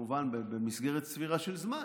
כמובן במסגרת סבירה של זמן,